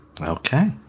okay